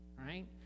right